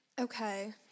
Okay